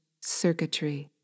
circuitry